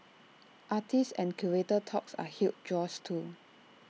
artist and curator talks are huge draws too